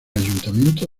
ayuntamiento